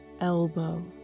elbow